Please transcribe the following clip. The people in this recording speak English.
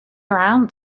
around